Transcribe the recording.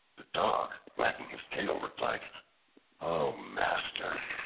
the dog, wagging his tail, replied o, master!